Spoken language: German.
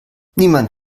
niemand